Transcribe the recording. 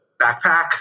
backpack